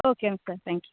okay okay thank you